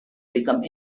become